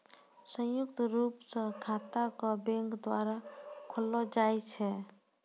संयुक्त रूप स खाता क बैंक द्वारा खोललो जाय छै